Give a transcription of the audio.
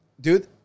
dude